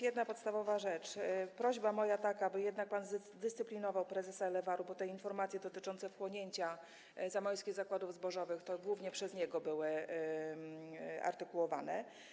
Jedna podstawowa rzecz, prośba moja, aby jednak pan zdyscyplinował prezesa Elewarru, bo informacje dotyczące wchłonięcia Zamojskich Zakładów Zbożowych głównie przez niego były artykułowane.